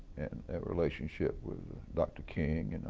and that relationship with dr. king, and and